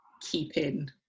keeping